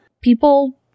people